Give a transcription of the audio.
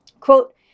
Quote